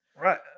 right